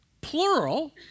plural